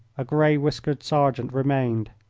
a grey-whiskered sergeant, remained.